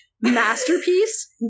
Masterpiece